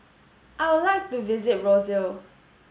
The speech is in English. I would like to visit Roseau